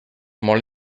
molt